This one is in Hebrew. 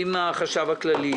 עם החשב הכללי,